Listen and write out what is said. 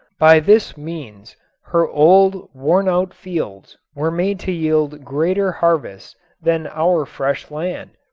by this means her old, wornout fields were made to yield greater harvests than our fresh land.